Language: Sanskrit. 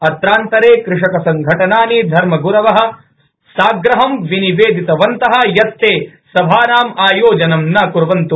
अत्रांतरे कृषक संघटनानिधर्मग्रवः साग्रहं विनिवेदितवन्तः यत् ते सभानाम् आयोजनं न क्र्वन्त्